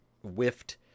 whiffed